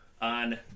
on